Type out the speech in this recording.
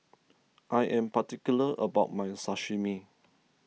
I am particular about my Sashimi